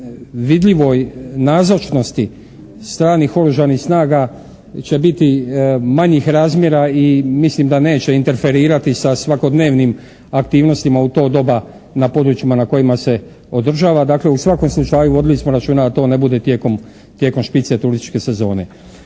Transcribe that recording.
vidljivoj nazočnosti stranih oružanih snaga će biti manjih razmjera i mislim da neće interferirati sa svakodnevnim aktivnostima u to doba na područjima na kojima se održava. Dakle, u svakom slučaju vodili smo računa da to ne bude tijekom špice turističke sezone.